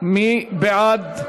מי בעד?